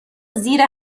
زیر